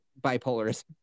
bipolarism